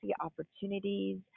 opportunities